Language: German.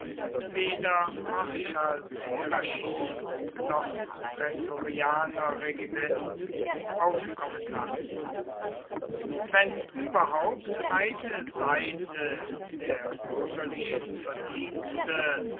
weder marschallshierarchie noch prätorianerregiment aufkommen lassen wenn überhaupt eine seite der bürgerlichen verdienste